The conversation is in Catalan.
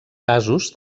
casos